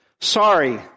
Sorry